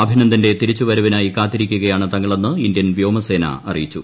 അഭിനന്ദന്റെ തിരിച്ചുവരവിനായി കാത്തിരിക്കുകയാണ് തങ്ങളെന്ന് ഇന്ത്യൻ വ്യോമസേന അറിയിച്ചു